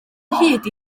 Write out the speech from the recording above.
hyd